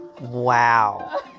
Wow